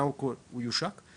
הוא יושק השנה.